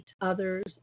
others